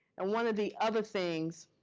and one of the other things